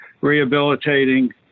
rehabilitating